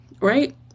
right